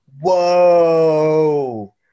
whoa